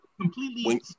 Completely